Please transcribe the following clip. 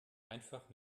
einfach